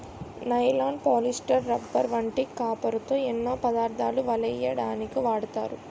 nylon, polyester, rubber వంటి కాపరుతో ఎన్నో పదార్ధాలు వలెయ్యడానికు వాడతారు